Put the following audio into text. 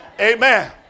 Amen